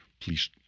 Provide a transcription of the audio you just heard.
Please